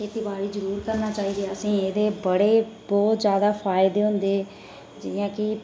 खेतीबाड़ी जरूर करना चाहिदी असेंगी एह्दे बड़े बहुत ज्यादा फायदे हुंदे जियां कि